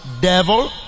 devil